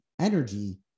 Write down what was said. energy